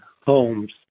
homes